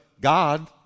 God